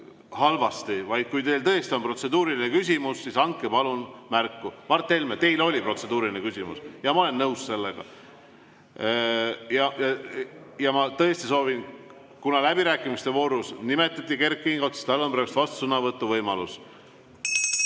halvasti, vaid kui teil tõesti on protseduuriline küsimus, siis andke palun märku. Mart Helme, teil oli protseduuriline küsimus, ma olen nõus sellega. Ja ma tõesti soovin ... Kuna läbirääkimiste voorus nimetati Kert Kingot, siis tal on praegu vastusõnavõtu võimalus.